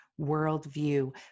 worldview